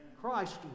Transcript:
Christ